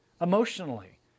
emotionally